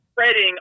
spreading